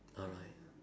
alright